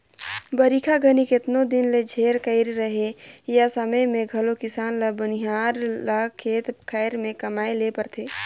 बरिखा घनी केतनो दिन ले झेर कइर रहें ए समे मे घलो किसान ल बनिहार ल खेत खाएर मे कमाए ले परथे